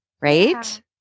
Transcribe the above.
right